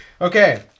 Okay